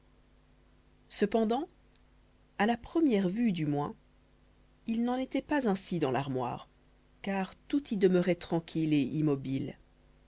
cependant à la première vue du moins il n'en était pas ainsi dans l'armoire car tout y demeurait tranquille et immobile